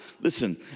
Listen